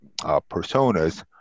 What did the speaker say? personas